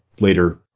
later